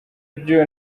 byose